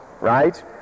right